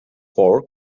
for